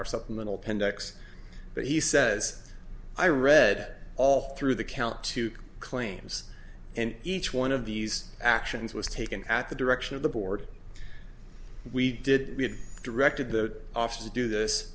our supplemental pen ducks but he says i read all through the count two claims and each one of these actions was taken at the direction of the board we did we had directed the office to do this